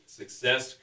success